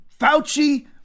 Fauci